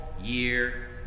year